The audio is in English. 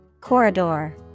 Corridor